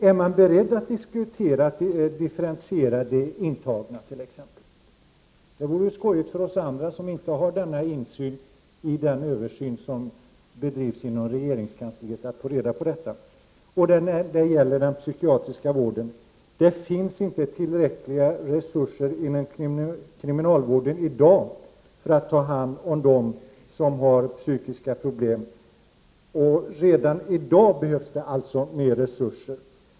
Är man beredd att diskutera t.ex. differentiering av de intagna? Det vore roligt för oss andra, som inte har samma insyn i den översyn som bedrivs inom regeringskansliet, att få reda på detta. När det gäller den psykiatriska vården finns det inte tillräckliga resurser inom kriminalvården i dag för att ta hand om dem som har psykiska problem. Redan i dag behövs det alltså mer resurser.